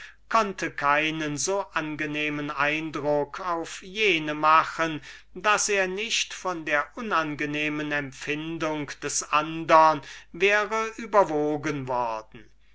konnte keinen so angenehmen eindruck auf jene machen daß er nicht von der unangenehmen empfindung des andern wäre überwogen worden